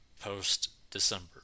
post-December